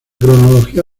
cronología